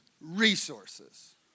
resources